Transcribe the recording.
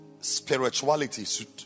Spirituality